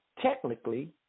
technically